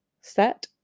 set